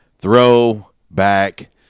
Throwback